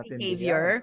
behavior